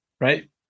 right